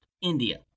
India